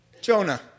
Jonah